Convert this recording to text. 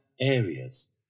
areas